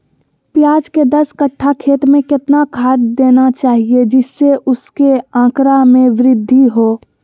प्याज के दस कठ्ठा खेत में कितना खाद देना चाहिए जिससे उसके आंकड़ा में वृद्धि हो?